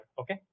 okay